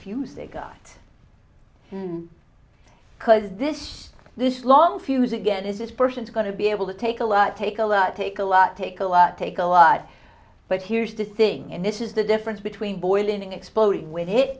because this this long fuse again is this person's going to be able to take a lot take a lot take a lot take a lot take a lot but here's the thing and this is the difference between boiling an exploding when it